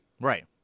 right